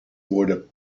worden